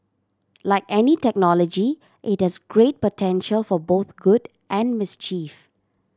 like any technology it has great potential for both good and mischief